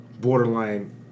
borderline